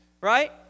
right